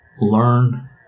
learn